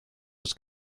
was